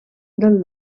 del